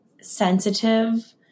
sensitive